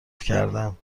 کردهام